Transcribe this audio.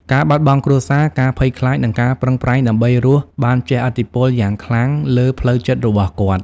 ការបាត់បង់គ្រួសារ ការភ័យខ្លាច និងការប្រឹងប្រែងដើម្បីរស់បានជះឥទ្ធិពលយ៉ាងខ្លាំងលើផ្លូវចិត្តរបស់គាត់។